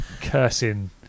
cursing